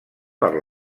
per